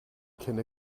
kenne